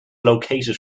located